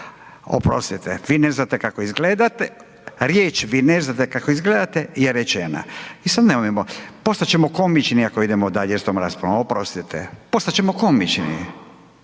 Oprostite vi ne znate kako izgledate, riječ vi ne znate kako izgledate je rečena. I sada nemojmo postat ćemo komični ako idemo dalje s tom raspravom, oprostite. Postat ćemo komični,